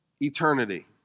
eternity